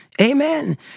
Amen